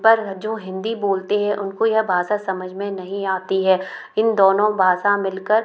पर जो हिन्दी बोलते हैं उनको यह भाषा समझ में नहीं आती है इन दोनों भाषा मिल कर